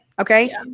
Okay